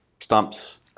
stumps